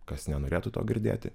kas nenorėtų to girdėti